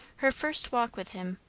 her first walk with him,